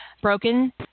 broken